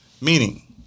meaning